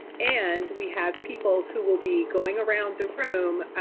and we have people who will be going around the room.